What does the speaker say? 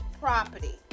property